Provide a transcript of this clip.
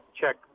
check